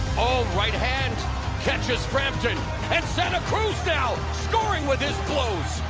oh, right hand catches frampton and santa cruz now scoring with his blows.